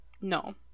no